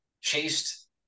chased